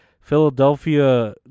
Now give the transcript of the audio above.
philadelphia